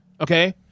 Okay